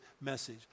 message